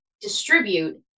distribute